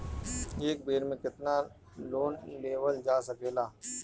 एक बेर में केतना लोन लेवल जा सकेला?